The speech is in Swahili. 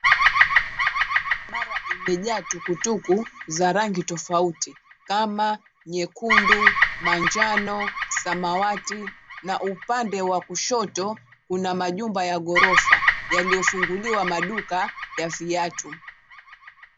Barabara imejaa tukutuku za rangi tofauti, kama nyekundu, manjano, samawati na upande wa kushoto kuna majumba ya ghorofa yaliyofunguliwa maduka ya viatu.